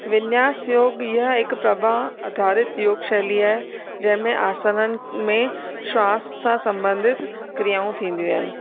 विंयास योग इअं हिकु प्रभाव आधारित योग शैली आहे जंहिं में आसननि में श्वास सां संबंधित क्रियाऊं थींदियूं आहिनि